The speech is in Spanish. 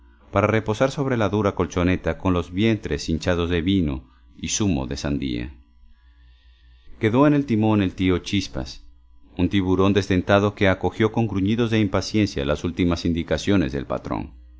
para reposar sobre la dura colchoneta con los vientres hinchados de vino y zumo de sandía quedó en el timón el tío chispas un tiburón desdentado que acogió con gruñidos de impaciencia las últimas indicaciones del patrón